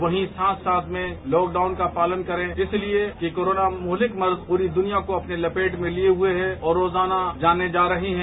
वहीं साथ में लॉकडाउन का पालन करें इसलिए कोरोना मुवलिक मर्ज पूरी दुनिया को अपनी लपेट में लिए हुए है और रोजाना जानें जा रही हैं